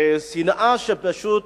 השנאה פשוט